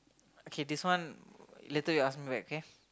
okay this one later you ask me back okay